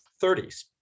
30s